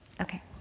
okay